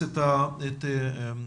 ועליכן להיות